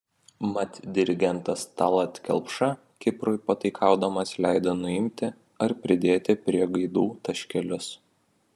mat dirigentas tallat kelpša kiprui pataikaudamas leido nuimti ar pridėti prie gaidų taškelius